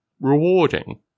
rewarding